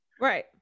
Right